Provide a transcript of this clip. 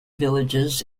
villages